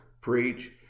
Preach